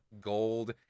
gold